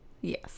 Yes